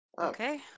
Okay